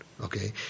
Okay